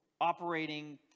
operating